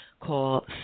call